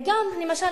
למשל,